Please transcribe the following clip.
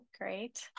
great